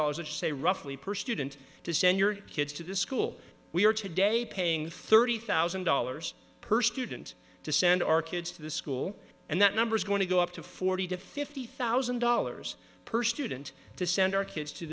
dollars which say roughly per student to send your kids to this school we are today paying thirty thousand dollars per student to send our kids to school and that number is going to go up to forty to fifty thousand dollars per student to send our kids to